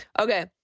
okay